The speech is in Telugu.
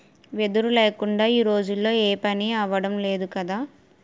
వెదురు లేకుందా ఈ రోజుల్లో ఏపనీ అవడం లేదు కదా